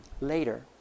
Later